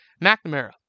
McNamara